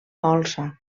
molsa